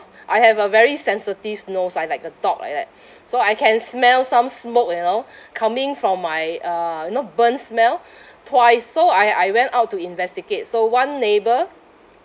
I have a very sensitive nose I like a dog like that so I can smell some smoke you know coming from my uh you know burnt smell twice so I I went out to investigate so one neighbour